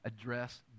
address